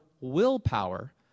willpower